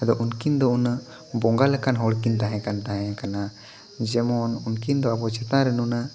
ᱟᱫᱚ ᱩᱱᱠᱤᱱ ᱫᱚ ᱩᱱᱟᱹᱜ ᱵᱚᱸᱜᱟ ᱞᱮᱠᱟᱱ ᱦᱚᱲᱠᱤᱱ ᱛᱟᱦᱮᱸ ᱠᱟᱱ ᱛᱟᱦᱮᱸᱫ ᱠᱟᱱᱟ ᱡᱮᱢᱚᱱ ᱩᱱᱠᱤᱱ ᱫᱚ ᱟᱵᱚ ᱪᱮᱛᱟᱱ ᱨᱮ ᱱᱩᱱᱟᱹᱜ